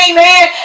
Amen